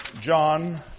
John